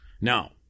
now